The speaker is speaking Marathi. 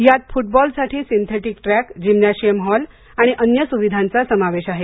यात फुटबॉल साठी सिंथेटिक ट्रॅक जिम्नॅशियम हॉल आणि अन्य सुविधांचा समावेश आहे